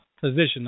position